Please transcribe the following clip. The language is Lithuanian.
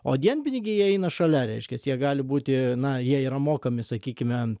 o dienpinigiai jie eina šalia reiškias jie gali būti na jie yra mokami sakykime